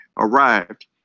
arrived